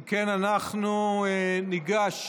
אם כן, אנחנו ניגש